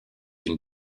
une